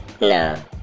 No